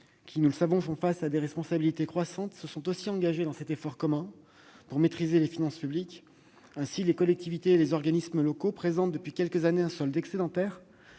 qui, nous le savons, font face à des responsabilités croissantes, se sont également engagées dans cet effort commun de maîtrise des finances publiques. Ainsi, les collectivités et les organismes locaux présentent depuis quelques années un solde excédentaire.